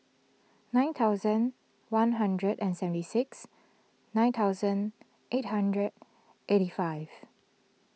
nine thousand one hundred and seventy six nine thousand eight hundred eighty five